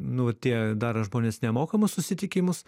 nu tie daro žmonės nemokamus susitikimus